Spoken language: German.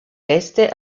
gäste